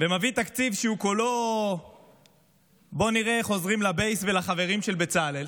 ומביא תקציב שהוא כולו "בואו נראה איך עוזרים לבייס ולחברים של בצלאל".